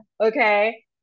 Okay